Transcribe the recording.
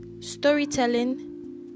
Storytelling